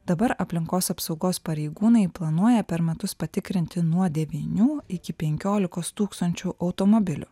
dabar aplinkos apsaugos pareigūnai planuoja per metus patikrinti nuo devynių iki penkiolikos tūkstančių automobilių